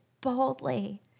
boldly